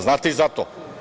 Znate i za to.